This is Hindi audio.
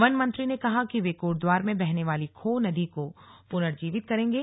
वन मंत्री ने कहा कि वे कोटद्वार में बहने वाली खोह नदी को पुनर्जीवित करेंगे